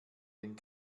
den